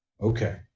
Okay